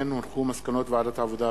מסקנות ועדת העבודה,